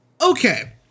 Okay